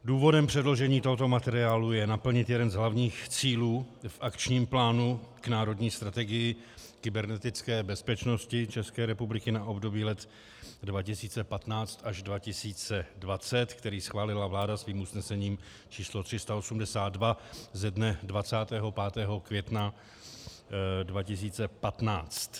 Důvodem předložení tohoto materiálu je naplnit jeden z hlavních cílů v Akčním plánu k národní strategii kybernetické bezpečnosti České republiky na období let 2015 až 2020, který schválila vláda svým usnesením číslo 382 ze dne 25. května 2015.